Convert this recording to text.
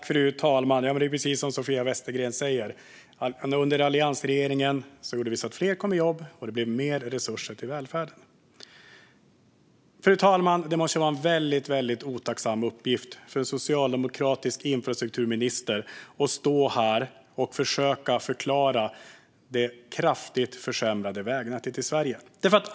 Fru talman! Det är precis som Sofia Westergren säger, nämligen att under alliansregeringens tid kom fler i jobb och det blev mer resurser till välfärden. Fru talman! Det måste vara en mycket otacksam uppgift för en socialdemokratisk infrastrukturminister att stå här och försöka förklara det kraftigt försämrade vägnätet i Sverige.